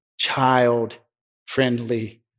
child-friendly